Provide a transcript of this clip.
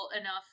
enough